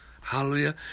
Hallelujah